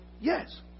yes